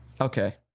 okay